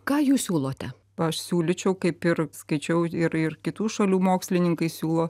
ką jūs siūlote aš siūlyčiau kaip ir skaičiau ir ir kitų šalių mokslininkai siūlo